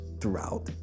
throughout